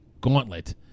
gauntlet